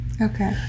okay